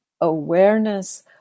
awareness